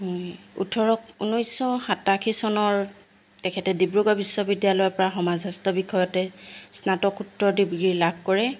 ওঠৰ ঊনৈছশ সাতাশী চনৰ তেখেতে ডিব্ৰুগড় বিশ্ববিদ্যালয়ৰ পৰা সমাজশাস্ত্ৰ বিষয়তে স্নাতকোত্তৰ ডিগ্ৰী লাভ কৰে